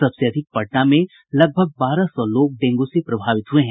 सबसे अधिक पटना में लगभग बारह सौ लोग डेंगू से प्रभावित हुये हैं